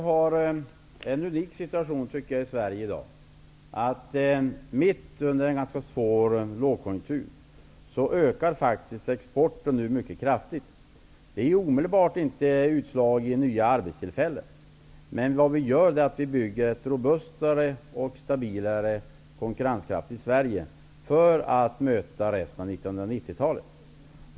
Herr talman! Situationen i Sverige i dag är unik, tycker jag. Mitt under en ganska svår lågkonjunktur ökar faktiskt exporten mycket kraftigt. Detta ger inte omedelbart utslag i nya arbetstillfällen, men vi bygger ett stabilare, robustare och konkurrenskraftigare Sverige för att möta återstoden av 1990-talet.